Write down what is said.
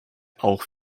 auch